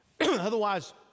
Otherwise